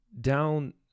down